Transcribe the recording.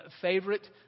favorite